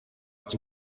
cyo